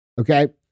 okay